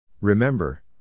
Remember